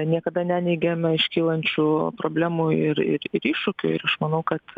niekada neneigėm iškylančių problemų ir ir ir iššūkių ir aš manau kad